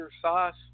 sauce